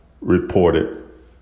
reported